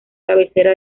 cabecera